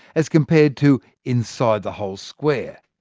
as compared to inside the whole square.